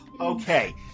okay